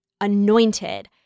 anointed